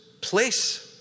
place